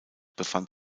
befand